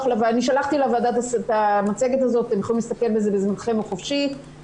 שלחתי לוועדה את המצגת הזה ובזמנכם החופשי אתם יכולים לצפות בה.